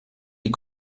die